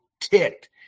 ticked